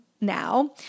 now